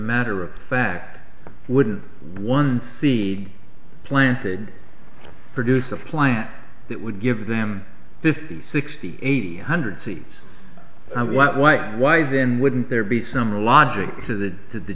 matter of fact wouldn't one seed planted produce a plant that would give them this sixty eight hundred seeds why why why then wouldn't there be some logic to the to the